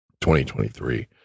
2023